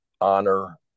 honor